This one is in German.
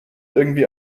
irgendwie